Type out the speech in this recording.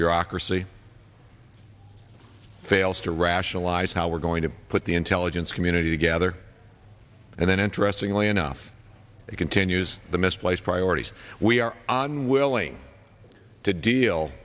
bureaucracy fails to rationalize how we're going to put the intelligence community together and then interestingly enough it continues the misplaced priorities we are on